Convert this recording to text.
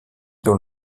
dans